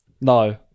no